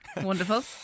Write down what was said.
wonderful